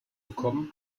bekommen